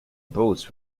boats